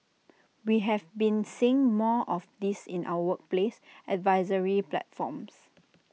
we have been seeing more of this in our workplace advisory platforms